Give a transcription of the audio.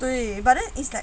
对 but then is like